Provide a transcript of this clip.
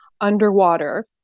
underwater